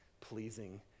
pleasing